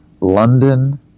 London